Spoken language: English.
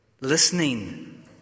Listening